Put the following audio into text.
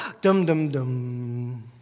dum-dum-dum